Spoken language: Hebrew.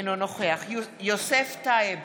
אינו נוכח יוסף טייב,